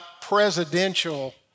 presidential